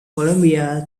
colombia